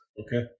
Okay